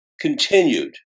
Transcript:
continued